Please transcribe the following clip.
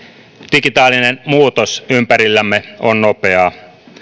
digitaalinen muutos ympärillämme on nopeaa